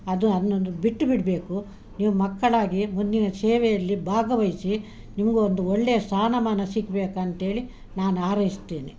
ಅದು ಅರ್ನೊಂದು ಬಿಟ್ಟು ಬಿಡಬೇಕು ನೀವು ಮಕ್ಕಳಾಗಿ ಮುಂದಿನ ಸೇವೆಯಲ್ಲಿ ಭಾಗವಹಿಸಿ ನಿಮಗೂ ಒಂದು ಒಳ್ಳೆಯ ಸ್ಥಾನಮಾನ ಸಿಕ್ಬೇಕಂತೇಳಿ ನಾನು ಹಾರೈಸ್ತೀನಿ